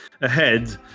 ahead